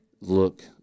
look